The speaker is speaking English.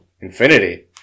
Infinity